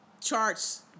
charts